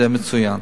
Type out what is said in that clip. זה מצוין.